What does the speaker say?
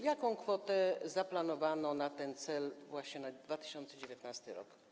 Jaką kwotę zaplanowano na ten cel właśnie na 2019 r.